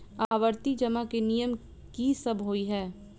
आवर्ती जमा केँ नियम की सब होइ है?